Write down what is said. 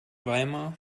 weimar